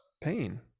pain